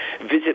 visit